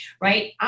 right